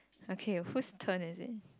okay whose turn is it